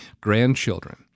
grandchildren